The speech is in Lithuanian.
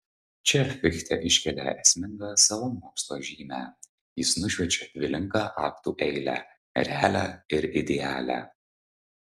čia fichte iškelia esmingą savo mokslo žymę jis nušviečia dvilinką aktų eilę realią ir idealią